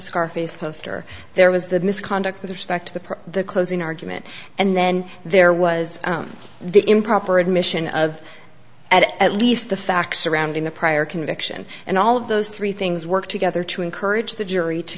scarface poster there was the misconduct with respect to the closing argument and then there was the improper admission of at least the facts surrounding the prior conviction and all of those three things work together to encourage the jury to